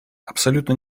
абсолютно